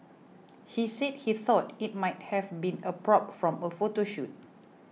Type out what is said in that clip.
he said he thought it might have been a prop from a photo shoot